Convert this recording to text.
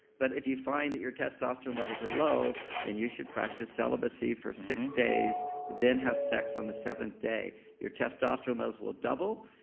but if you find that your testosterone levels are low, then you should practice celibacy for six days, then have sex on the seventh day mm-hmm your testosterone levels will double.